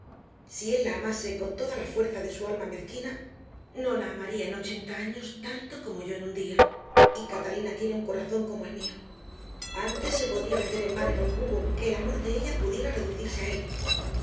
si él la amase con toda la fuerza de su alma mezquina no la amaría en ochenta años tanto como yo en un día y catalina tiene un corazón como el mío antes se podría meter el mar en un cubo que el amor de ella pudiera reducirse a él